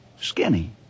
Skinny